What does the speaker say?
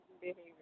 behavior